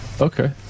Okay